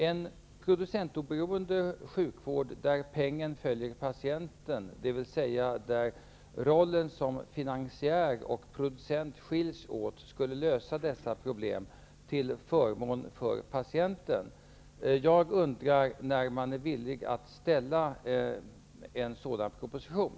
En producentoberoende sjukvård där pengen följer patienten, dvs. där rollen som finansiär och rollen som producent skiljs åt, skulle lösa dessa problem till förmån för patienten. Jag undrar när man är villig att lägga fram en sådan proposition.